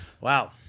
Wow